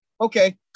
okay